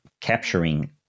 capturing